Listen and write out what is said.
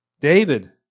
David